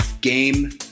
Game